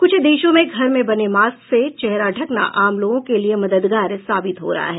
कुछ देशों में घर में बने मास्क से चेहरा ढकना आम लोगों के लिए मददगार साबित हो रहा है